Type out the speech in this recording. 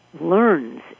learns